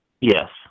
Yes